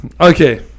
Okay